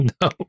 No